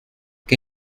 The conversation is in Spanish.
que